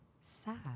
sad